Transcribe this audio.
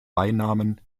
beinamen